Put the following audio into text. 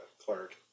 Clark